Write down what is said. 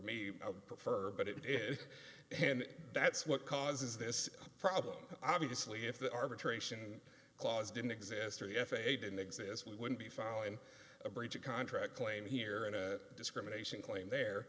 me i would prefer but it is and that's what causes this problem obviously if the arbitration clause didn't exist or the f a a didn't exist we would be filing a breach of contract claim here in a discrimination claim there